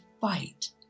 fight